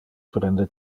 prende